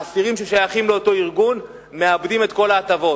האסירים ששייכים לאותו ארגון מאבדים את כל ההטבות,